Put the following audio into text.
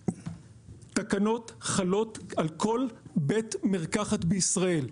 תקנות חלות על כל בית מרקחת בישראל.